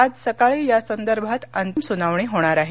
आज सकाळी यासंदर्भात अंतिम सुनावणी होणार आहे